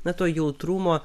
na to jautrumo